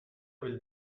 will